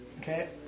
Okay